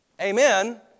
Amen